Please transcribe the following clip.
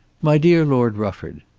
my dear lord rufford,